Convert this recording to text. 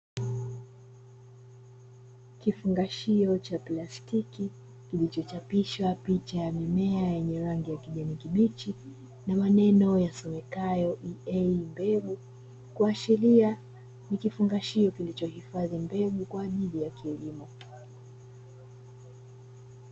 Kifungashio cha plastiki kilichochapishwa picha ya mimea yenye rangi ya kijani kibichi na maneno yasomekayo "EA mbegu" kuashiria ni kifungashio kilichohifadhi mbegu kwa ajili ya kilimo.